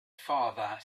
father